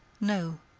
no,